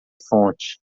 fonte